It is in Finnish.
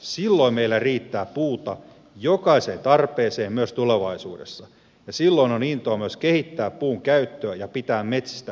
silloin meillä riittää puuta jokaiseen tarpeeseen myös tulevaisuudessa ja silloin on intoa myös kehittää puun käyttöä ja pitää metsistä hyvää huolta